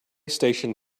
station